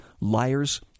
liars